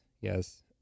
Yes